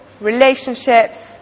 relationships